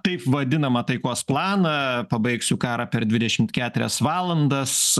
taip vadinamą taikos planą pabaigsiu karą per dvidešimt keturias valandas